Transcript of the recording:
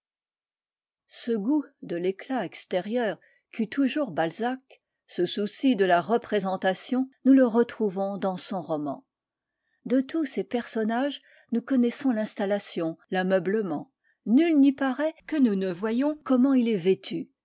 ce goût de l'éclat extérieur qu'eut toujours balzac ce souci de la représentation nous le retrouvons dans son roman de tous ses personnages nous connaissons l'installation l'ameublement nul n'y paraît que nous ne voyions comment il est vêtu